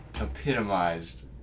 epitomized